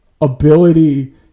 ability